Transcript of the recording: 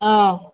ꯑꯥ